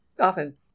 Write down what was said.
often